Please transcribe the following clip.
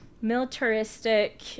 militaristic